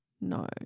No